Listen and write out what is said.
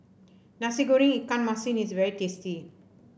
Nasi Goreng Ikan Masin is very tasty